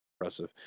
impressive